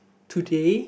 today